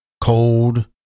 cold